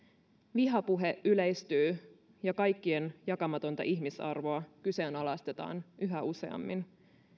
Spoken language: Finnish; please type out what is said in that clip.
vihapuhe yleistyy ja kaikkien jakamatonta ihmisarvoa kyseenalaistetaan yhä useammin